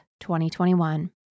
2021